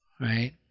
Right